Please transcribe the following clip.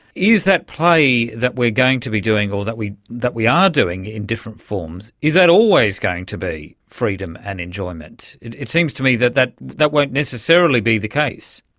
is that play that we are going to be doing or that we that we are doing in different forms, is that always going to be freedom and enjoyment? it seems to me that that that won't necessarily be the case.